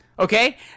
Okay